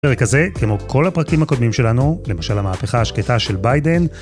בפרק הזה, כמו כל הפרקים הקודמים שלנו, למשל המהפכה השקטה של ביידן,